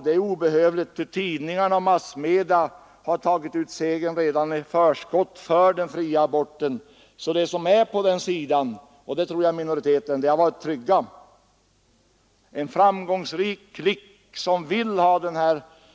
Det är obehövligt, eftersom tidningar och andra massmedia tagit ut segern för den fria aborten i förskott. De som är på den sidan — jag tror att det är minoriteten av folket — har varit trygga. En framgångsrik klick, som vill ha denna